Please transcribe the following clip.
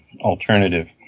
alternative